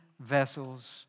vessels